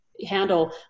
handle